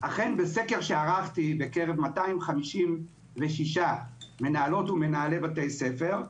אכן בסקר שערכתי בקרב 256 מנהלות ומנהלי בתי ספר,